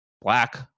black